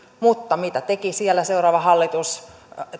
mutta mitä teki siellä seuraava hallitus